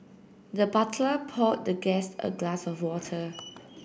the butler poured the guest a glass of water